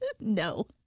No